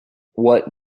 what